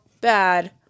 bad